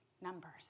numbers